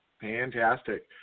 Fantastic